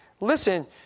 Listen